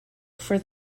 for